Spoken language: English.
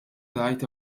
right